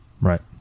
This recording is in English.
Right